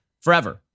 forever